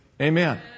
Amen